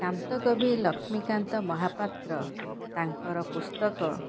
କାନ୍ତ କବି ଲକ୍ଷ୍ମୀକାନ୍ତ ମହାପାତ୍ର ତାଙ୍କର ପୁସ୍ତକ